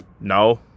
No